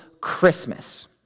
Christmas